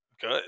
good